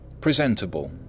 Presentable